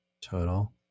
total